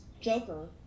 Joker